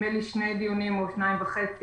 שני דיונים או שניים וחצי,